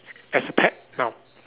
as a pet now